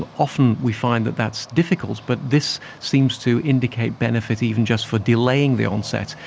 ah often we find that that's difficult, but this seems to indicate benefit even just for delaying the onset.